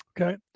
Okay